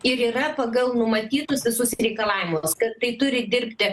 ir yra pagal numatytus visus reikalavimus kad tai turi dirbti